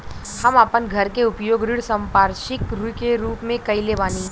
हम आपन घर के उपयोग ऋण संपार्श्विक के रूप में कइले बानी